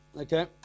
okay